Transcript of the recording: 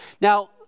Now